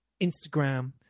Instagram